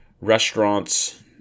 restaurants